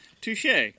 touche